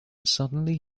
suddenly